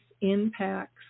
impacts